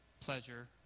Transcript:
pleasure